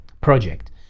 Project